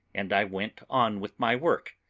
and i went on with my work.